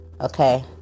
okay